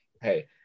Hey